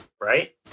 right